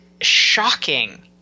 shocking